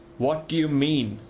what do you mean?